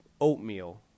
oatmeal